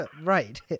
Right